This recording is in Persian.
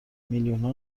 میلیونها